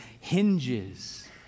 hinges